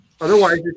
Otherwise